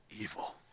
evil